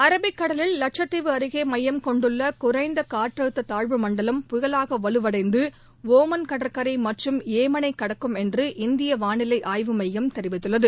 அரபிக்கடலில் லட்சத்தீவு அருகே மையம் கொண்டுள்ள குறைந்த காற்றழுத்த தாழ்வு மண்டலம் புயலாக வலுவடைந்து ஓமன் கடற்கரை மற்றும் ஏமனை கடக்கும் என்று இந்திய வானிலை ஆய்வு மையம் தெரிவித்துள்ளது